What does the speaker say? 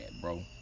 bro